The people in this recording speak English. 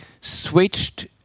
switched